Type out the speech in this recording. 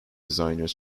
designers